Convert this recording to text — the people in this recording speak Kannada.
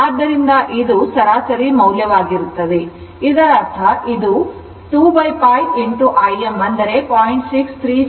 ಆದ್ದರಿಂದ ಇದು ಸರಾಸರಿ ಮೌಲ್ಯವಾಗಿರುತ್ತದೆ ಇದರರ್ಥ ಸರಾಸರಿ ಇದು 2 π Im 0